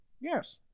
Yes